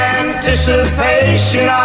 anticipation